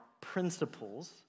principles